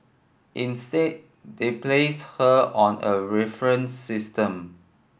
instead they placed her on a reference system